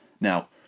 Now